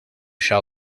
shall